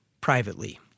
privately